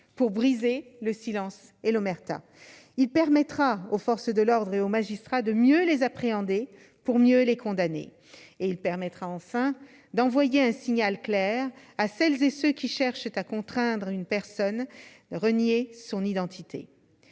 pour briser le silence et l'omerta. Il mettra les forces de l'ordre et les magistrats en situation de mieux appréhender ces comportements, pour mieux les condamner. Il permettra enfin d'envoyer un signal clair à celles et ceux qui cherchent à contraindre une personne à renier son identité.